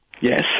Yes